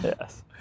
Yes